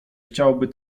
chciałaby